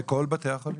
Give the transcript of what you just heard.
בכל בתי החולים.